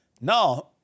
Now